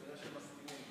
תראה שהם מסכימים.